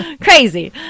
Crazy